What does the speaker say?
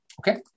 okay